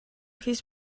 his